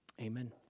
amen